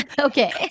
okay